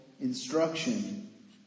instruction